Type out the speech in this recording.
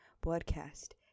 broadcast